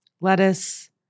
lettuce